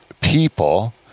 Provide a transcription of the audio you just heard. people